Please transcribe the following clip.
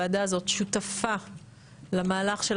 הוועדה הזאת,